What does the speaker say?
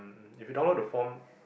if you download the form